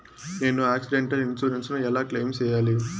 నేను accidental insurance ను ఎలా క్లెయిమ్ సేయాలి?